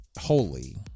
Holy